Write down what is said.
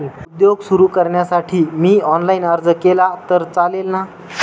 उद्योग सुरु करण्यासाठी मी ऑनलाईन अर्ज केला तर चालेल ना?